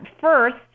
First